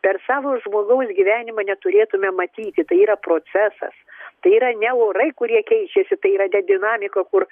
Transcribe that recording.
per savo žmogaus gyvenimą neturėtume matyti tai yra procesas tai yra ne orai kurie keičiasi tai yra ta dinamika kur